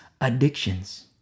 addictions